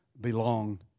belong